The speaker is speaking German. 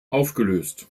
aufgelöst